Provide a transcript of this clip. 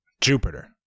Jupiter